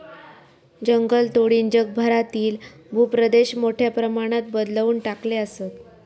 जंगलतोडीनं जगभरातील भूप्रदेश मोठ्या प्रमाणात बदलवून टाकले आसत